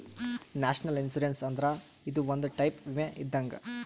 national insurance ಅಂದ್ರ ಇದು ಒಂದ್ ಟೈಪ್ ವಿಮೆ ಇದ್ದಂಗ್